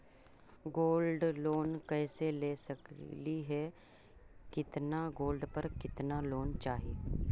Gold loan कैसे ले सकली हे, कितना गोल्ड पर कितना लोन चाही?